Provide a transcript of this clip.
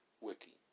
Wiki